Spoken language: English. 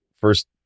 first